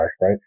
right